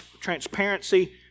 transparency